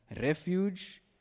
refuge